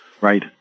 Right